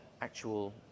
actual